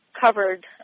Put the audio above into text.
covered